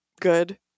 good